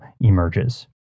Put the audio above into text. emerges